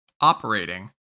operating